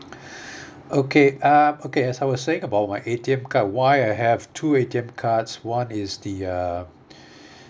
okay uh okay as I was saying about my A_T_M card why I have two A_T_M cards one is the uh